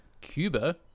Cuba